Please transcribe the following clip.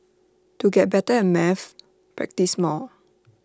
to get better at maths practise more